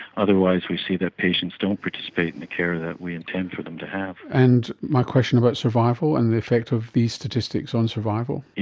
otherwise we see that patients don't participate in the care that we intend for them to have. and my question about survival and the effect of these statistics on survival?